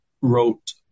wrote